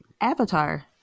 Avatar